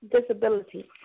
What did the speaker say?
disability